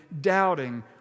doubting